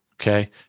Okay